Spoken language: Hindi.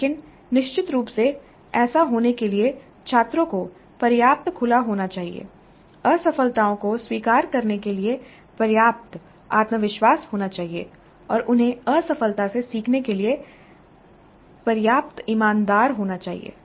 लेकिन निश्चित रूप से ऐसा होने के लिए छात्रों को पर्याप्त खुला होना चाहिए असफलताओं को स्वीकार करने के लिए पर्याप्त आत्मविश्वास होना चाहिए और उन्हें असफलता से सीखने के लिए पर्याप्त ईमानदार होना चाहिए